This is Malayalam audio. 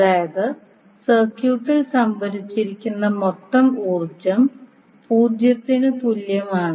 അതായത് സർക്യൂട്ടിൽ സംഭരിച്ചിരിക്കുന്ന മൊത്തം ഊർജ്ജം 0 ന് തുല്യമാണ്